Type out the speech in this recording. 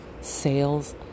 sales